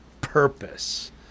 purpose